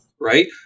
right